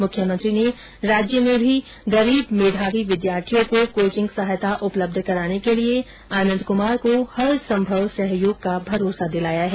मुख्यमंत्री ने राज्य में भी गरीब मेधावी विद्यार्थियों को कोचिंग सहायता उपलब्ध कराने के लिये आनंद कुमार को हरसंभव सहयोग का भरोसा दिलाया है